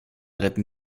retten